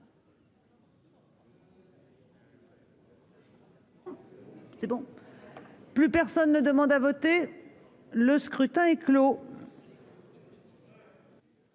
C'est bon, plus personne ne demande à voter, le scrutin est clos.